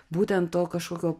būtent to kažkokio